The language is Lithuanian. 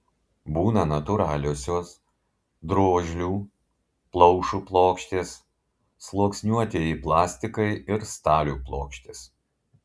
būna natūraliosios drožlių plaušų plokštės sluoksniuotieji plastikai ir stalių plokštės